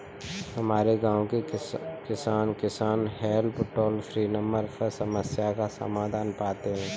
हमारे गांव के किसान, किसान हेल्प टोल फ्री नंबर पर समस्या का समाधान पाते हैं